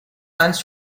anys